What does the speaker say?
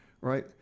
Right